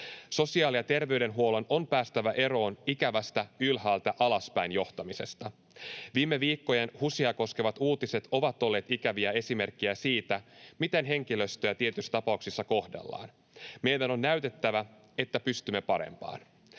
Sosiaali- ja terveydenhuollon on päästävä eroon ikävästä ylhäältä alaspäin johtamisesta. Viime viikkojen HUSia koskevat uutiset ovat olleet ikäviä esimerkkejä siitä, miten henkilöstöä tietyissä tapauksissa kohdellaan. Meidän on näytettävä, että pystymme parempaan.